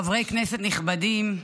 חברי כנסת נכבדים.